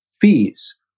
fees